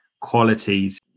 qualities